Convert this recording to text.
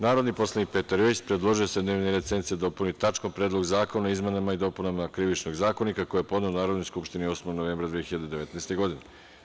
Narodni poslanik Petar Jojić predložio je da se dnevni red sednice dopuni tačkom – Predlog zakona o izmenama i dopunama Krivičnog zakonika, koji je podneo Narodnoj skupštini 8. novembra 2019. godine.